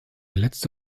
letzte